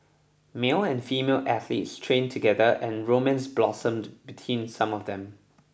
male and female athletes trained together and romance blossomed between some of them